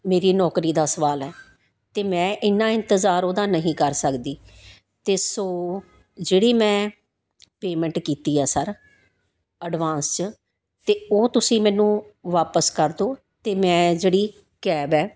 ਮੇਰੀ ਨੌਕਰੀ ਦਾ ਸਵਾਲ ਹੈ ਅਤੇ ਮੈਂ ਐਨਾ ਇੰਤਜ਼ਾਰ ਉਹਦਾ ਨਹੀਂ ਕਰ ਸਕਦੀ ਅਤੇ ਸੋ ਜਿਹੜੀ ਮੈਂ ਪੇਮੈਂਟ ਕੀਤੀ ਹੈ ਸਰ ਅਡਵਾਂਸ 'ਚ ਅਤੇ ਉਹ ਤੁਸੀਂ ਮੈਨੂੰ ਵਾਪਿਸ ਕਰ ਦਿਓ ਅਤੇ ਮੈਂ ਜਿਹੜੀ ਕੈਬ ਹੈ